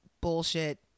bullshit